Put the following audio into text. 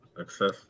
Access